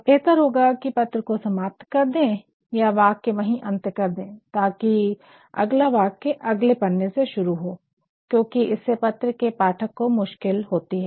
बेहतर होगा कि पत्र को समाप्त कर दे या वाक्य वही अंत कर दे ताकि अगला वाक्य अगले पन्ने से शुरू हो क्योंकि इससे पत्र के पाठक को मुश्किल होती है